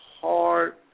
hard